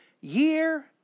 year